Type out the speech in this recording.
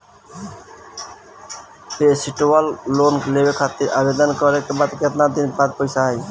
Festival loan लेवे खातिर आवेदन करे क बाद केतना दिन म पइसा आई?